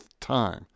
time